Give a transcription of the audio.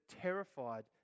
terrified